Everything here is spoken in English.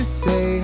say